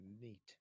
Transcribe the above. Neat